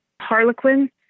Harlequin